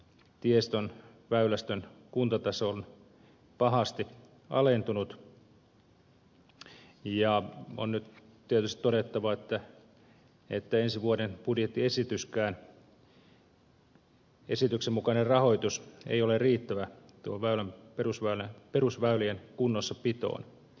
tiestön väylästön kuntotaso on pahasti alentunut ja on nyt tietysti todettava että ensi vuoden budjettiesityskään esityksen mukainen rahoitus ei ole riittävä noiden perusväylien kunnossapitoon